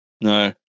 No